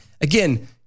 Again